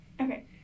Okay